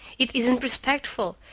it isn't respectful.